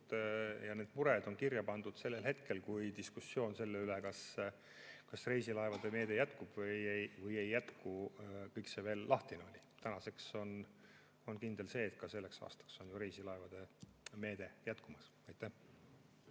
ja need mured on kirja pandud sellel hetkel, kui diskussioon selle üle, kas reisilaevade meede jätkub või ei jätku, [veel käis,] kõik oli lahtine. Tänaseks on kindel, et ka sellel aastal reisilaevade meede jätkub. Hea